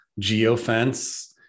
geofence